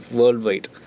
worldwide